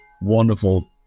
wonderful